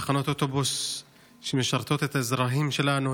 תחנות אוטובוס שמשרתות את האזרחים שלנו,